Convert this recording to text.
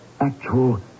actual